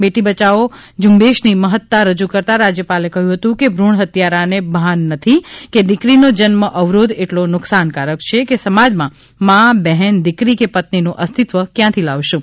બેટી બચાવો ઝુંબેશની મહતા રજૂ કરતા રાજયપાલે કહ્યું હતું કે ભૂણફત્યારાને ભાન નથી કે દિકરીનો જન્મ અવરોધ એટલો નુકસાનકારક છે કે સમાજમાં મા બહેન દિકરી કે પત્નીનું અસ્તિત્વ કયાંથી લાવશું